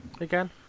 again